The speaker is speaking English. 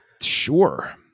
sure